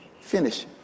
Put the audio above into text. finish